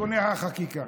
(תיקוני חקיקה).